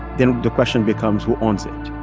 then the question becomes, who owns it?